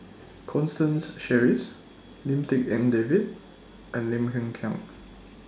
Constance Sheares Lim Tik En David and Lim Hng Kiang